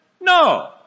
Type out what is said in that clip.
No